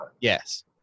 Yes